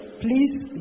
Please